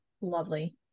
lovely